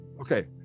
Okay